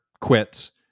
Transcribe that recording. quits